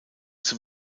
zum